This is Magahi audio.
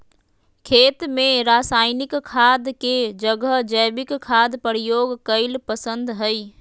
खेत में रासायनिक खाद के जगह जैविक खाद प्रयोग कईल पसंद हई